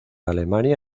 alemania